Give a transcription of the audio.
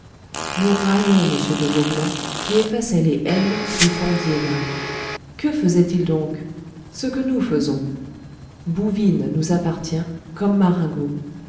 nous raillons m de vaublanc qui effaçait les n du pont d'iéna que faisait-il donc ce que nous faisons bouvines nous appartient comme marengo